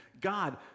God